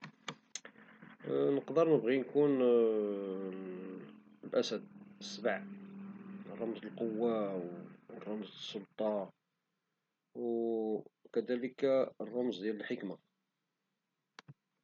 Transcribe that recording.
نقدر نبغي نكون اسد سبع رمز القوة رمز السلطة او كدلك الرمز ديال الحكمة